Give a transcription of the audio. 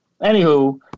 Anywho